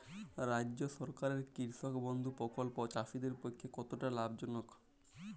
রাজ্য সরকারের কৃষক বন্ধু প্রকল্প চাষীদের পক্ষে কতটা লাভজনক?